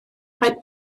mae